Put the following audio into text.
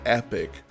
epic